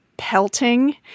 pelting